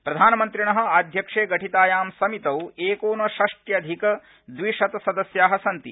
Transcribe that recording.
प्रधानमन्त्रिण आध्यक्ष्ये गठितायां समितौ एकोनष्ट्यधिकद्विशत सदस्या सन्ति